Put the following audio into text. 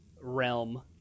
realm